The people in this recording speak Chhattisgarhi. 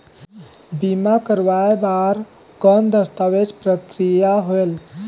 बीमा करवाय बार कौन दस्तावेज प्रक्रिया होएल?